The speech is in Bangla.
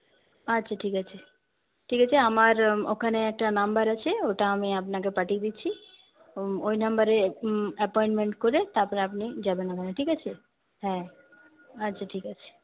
আচ্ছা ঠিক আছে ঠিক আছে আমার ওখানে একটা নাম্বার আছে ওটা আমি আপনাকে পাঠিয়ে দিচ্ছি ওই নাম্বারে অ্যাপয়েন্টমেন্ট করে তারপরে আপনি যাবেন ওখানে ঠিক আছে হ্যাঁ আচ্ছা ঠিক আছে